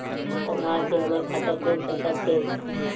आधार से हमर खाता खुल सकत हे?